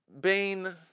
Bane